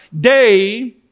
day